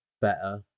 better